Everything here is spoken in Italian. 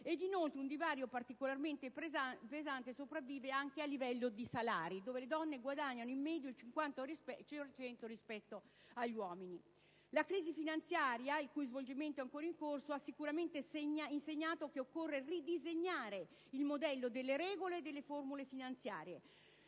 inoltre un divario particolarmente pesante sopravvive anche a livello di salari, poiché le donne guadagnano in media il 50 per cento degli uomini. La crisi finanziaria, il cui svolgimento è ancora in corso, ha sicuramente insegnato che occorre ridisegnare il mondo delle regole e delle formule finanziarie: